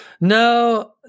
no